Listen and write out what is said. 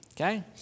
okay